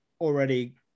already